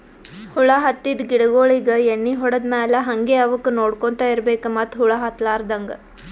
ಹುಳ ಹತ್ತಿದ್ ಗಿಡಗೋಳಿಗ್ ಎಣ್ಣಿ ಹೊಡದ್ ಮ್ಯಾಲ್ ಹಂಗೆ ಅವಕ್ಕ್ ನೋಡ್ಕೊಂತ್ ಇರ್ಬೆಕ್ ಮತ್ತ್ ಹುಳ ಹತ್ತಲಾರದಂಗ್